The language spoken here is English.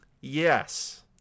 Yes